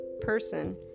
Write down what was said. person